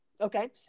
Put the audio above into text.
Okay